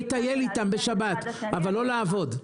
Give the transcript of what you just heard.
לטייל איתם בשבת אבל לא לעבוד.